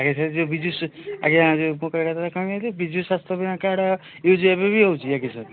ଆଜ୍ଞା ସେ ଯୋଉ ବିଜୁ ଆଜ୍ଞା ବିଜୁ ସ୍ୱାସ୍ଥ୍ୟ କାର୍ଡ୍ ୟୁଜ ଏବେ ବି ହେଉଛି ଆଜ୍ଞ ସାର୍